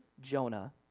Jonah